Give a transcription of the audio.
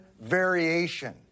variation